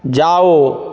जाओ